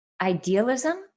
idealism